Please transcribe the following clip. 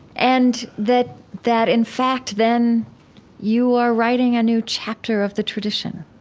and that that in fact then you are writing a new chapter of the tradition,